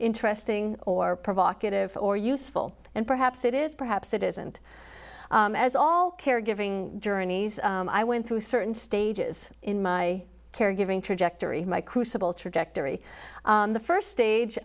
interesting or provocative or useful and perhaps it is perhaps it isn't as all caregiving journeys i went through certain stages in my caregiving trajectory my crucible trajectory the first stage